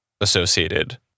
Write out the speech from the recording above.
associated